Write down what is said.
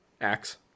Axe